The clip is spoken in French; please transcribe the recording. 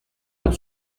leur